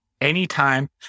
anytime